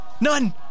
None